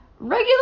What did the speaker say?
Regular